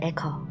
Echo